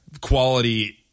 quality